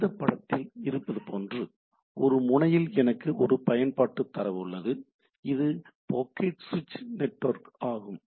எனவே இந்தப் படத்தில் இருப்பது போன்று ஒரு முனையில் எனக்கு ஒரு பயன்பாட்டுத் தரவு உள்ளது இது 'பாக்கெட் சுவிட்ச் நெட்வொர்க்' ஆகும்